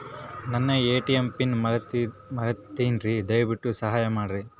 ನನ್ನ ATM pin ಮರೆತೇನ್ರೀ, ದಯವಿಟ್ಟು ಸಹಾಯ ಮಾಡ್ರಿ